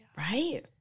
right